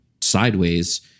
sideways